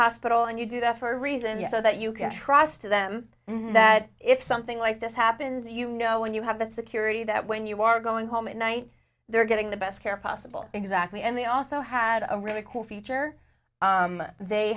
hospital and you do that for a reason so that you can trust to them that if something like this happens you know when you have that security that when you are going home at night they're getting the best care possible exactly and they also had a really cool feature they